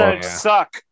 suck